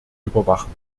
überwachen